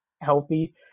healthy